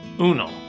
uno